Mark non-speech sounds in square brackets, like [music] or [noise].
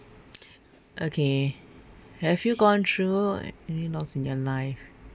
[noise] okay have you gone through any loss in your life